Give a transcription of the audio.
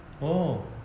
oh